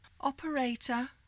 Operator